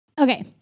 Okay